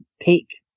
take